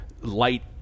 light